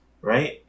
right